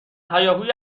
هیاهوی